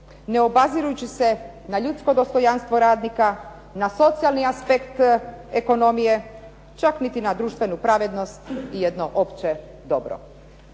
ne obazirući se na ljudsko dostojanstvo radnika, na socijalni aspekt ekonomije, čak niti na društvenu pravednost i jedno opće dobro.